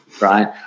Right